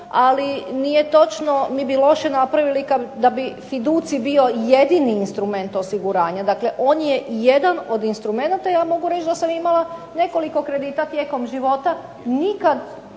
Ali nije točno mi bi loše napravili da bi fiducij bio jedini instrument osiguranja. Dakle, on je jedan od instrumenata. Ja mogu reći da sam imala nekoliko kredita tijekom života, nitko